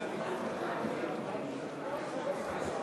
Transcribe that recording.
המקומיות (מימון בחירות) (תיקון מס'